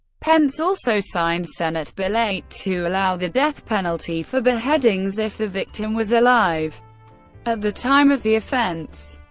pence also signed senate bill eight to allow the death penalty for beheadings if the victim was alive at the time of the offense.